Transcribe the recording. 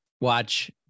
watch